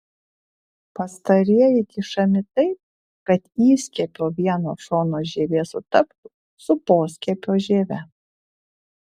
pastarieji kišami taip kad įskiepio vieno šono žievė sutaptų su poskiepio žieve